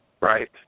right